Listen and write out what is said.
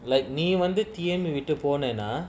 like me want T_M in little corner lah